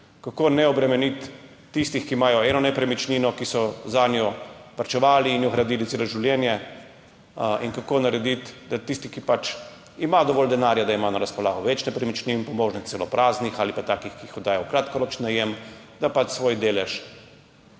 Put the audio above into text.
kako ne obremeniti tistih, ki imajo eno nepremičnino, ki so zanjo varčevali in jo gradili celo življenje, in kako narediti, da tisti, ki ima dovolj denarja, da ima na razpolago več nepremičnin, po možnosti celo praznih ali pa takih, ki jih oddaja v kratkoročni najem, da svoj delež